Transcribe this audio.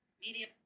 Media